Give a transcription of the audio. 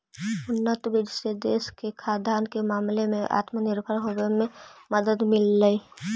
उन्नत बीज से देश के खाद्यान्न के मामले में आत्मनिर्भर होवे में मदद मिललई